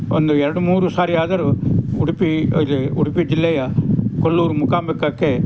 ಒಂದು ಎರಡು ಮೂರು ಸಾರಿ ಆದರೂ ಉಡುಪಿ ಅದು ಉಡುಪಿ ಜಿಲ್ಲೆಯ ಕೊಲ್ಲೂರು ಮೂಕಾಂಬಿಕಾಕ್ಕೆ